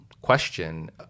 question